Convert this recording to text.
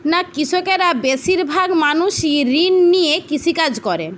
না কৃষকেরা বেশিরভাগ মানুষই ঋণ নিয়ে কৃষিকাজ করেন